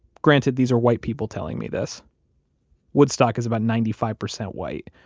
granted, these are white people telling me this woodstock is about ninety five percent white,